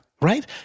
Right